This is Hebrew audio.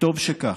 וטוב שכך.